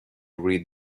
read